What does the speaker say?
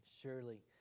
Surely